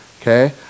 Okay